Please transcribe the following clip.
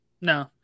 No